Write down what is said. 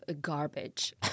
garbage